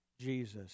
Jesus